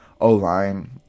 O-line